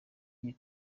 iyi